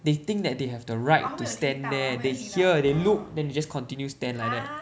they think that they have the right to stand there they hear they look then they just continue stand like that